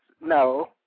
No